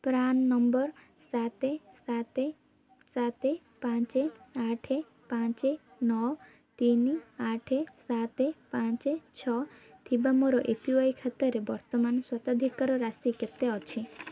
PRAN number ସାତ ସାତ ସାତ ପାଞ୍ଚ ଆଠ ପାଞ୍ଚ ନଅ ତିନି ଆଠ ସାତ ପାଞ୍ଚ ଛଅ ଥିବା ମୋର ଏ ପି ୱାଇ ଖାତାରେ ବର୍ତ୍ତମାନ ସ୍ୱତ୍ୱାଧିକାର ରାଶି କେତେ ଅଛି